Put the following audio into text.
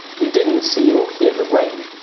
you didn't see or hear the rain,